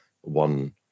one